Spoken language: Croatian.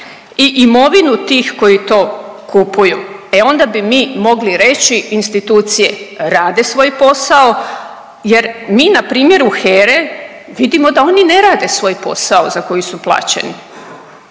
i imovinu tih koji to kupuju. E onda bi mi mogli reći institucije rade svoj posao jer mi na primjeru HERA-e vidimo da oni ne rade svoj posao za koji su plaćeni.